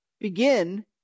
begin